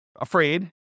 afraid